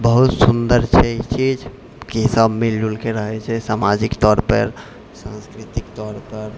बहुत सुन्दर छै ई चीज कि सभ मिलजुलके रहै छै सामाजिक तौरपर सांस्कृतिक तौरपर